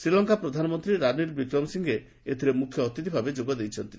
ଶ୍ରୀଲଙ୍କା ପ୍ରଧାନମନ୍ତ୍ରୀ ରାନିଲ୍ ବିକ୍ରମାସିଙ୍ଘେ ଏଥିରେ ମୁଖ୍ୟ ଅତିଥି ଭାବେ ଯୋଗଦେଇଛନ୍ତି